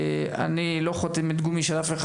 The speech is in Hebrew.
אני לא חותמת גומי של אף אחד,